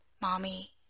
mommy